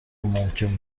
ممکن